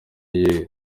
iyihe